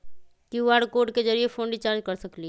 QR code के जरिय phone recharge कर सकली ह?